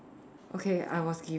okay I was given